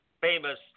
famous